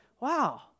wow